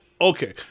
Okay